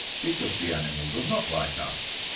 because the animals are not like us.